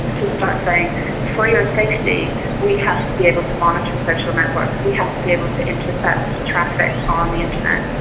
to start saying for your safety we have to be able to monitor social networks, we have to be able to intercept traffic on the internet'.